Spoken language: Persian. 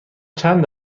چند